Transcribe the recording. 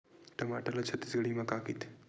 टमाटर ला छत्तीसगढ़ी मा का कइथे?